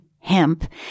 Hemp